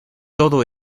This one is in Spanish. todo